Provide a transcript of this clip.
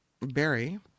berry